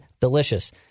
delicious